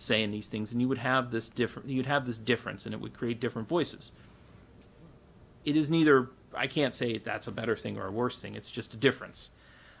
say in these things and you would have this differently you'd have this difference and it would create different voices it is neither i can't say that's a better thing or worse thing it's just a difference